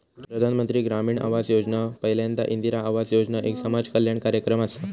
प्रधानमंत्री ग्रामीण आवास योजना पयल्यांदा इंदिरा आवास योजना एक समाज कल्याण कार्यक्रम असा